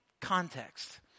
context